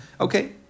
Okay